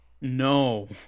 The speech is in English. No